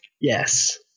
yes